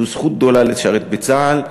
זו זכות גדולה לשרת בצה"ל,